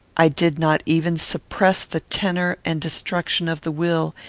i did not even suppress the tenor and destruction of the will,